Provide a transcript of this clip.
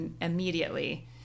immediately